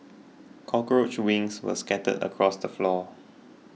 cockroach wings were scattered across the floor